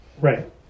Right